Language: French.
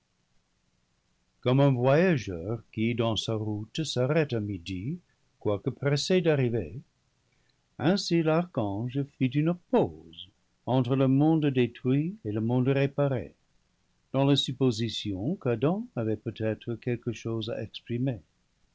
comme un voyageur qui dans sa route s'arrête à midi quoique pressé d'arriver ainsi l'archange fit une pause entre le monde détruit et le monde réparé dans la supposition qu'adam avait peut-être quelque chose à exprimer